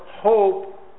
Hope